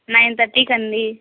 nine తర్టీకి అండి